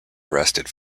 arrested